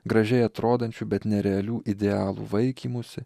gražiai atrodančiu bet nerealiu idealu vaikymusi